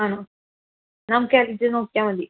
ആണോ നമുക്ക് L G നോക്കിയാൽ മതി